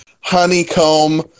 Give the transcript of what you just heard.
honeycomb